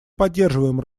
поддерживаем